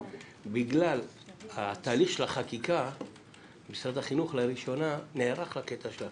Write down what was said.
בגלל התהליך של החקיקה משרד החינוך לראשונה נערך לקטע.